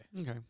Okay